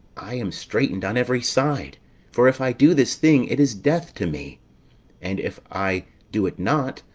i am straitened on every side for if i do this thing, it is death to me and if i do it not,